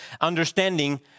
understanding